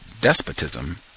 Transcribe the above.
despotism